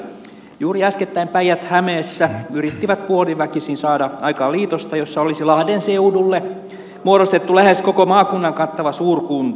juuri äskettäin päijät hämeessä yrittivät puoliväkisin saada aikaan liitosta jossa olisi lahden seudulle muodostettu lähes koko maakunnan kattava suurkunta